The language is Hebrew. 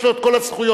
יש לו כל הזכויות,